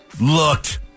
looked